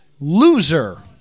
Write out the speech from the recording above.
Loser